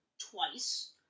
twice